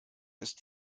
ist